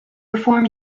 reform